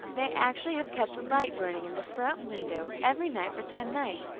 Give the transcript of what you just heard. they actually have kept a light burning in the front window every night for ten nights,